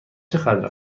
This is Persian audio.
چقدر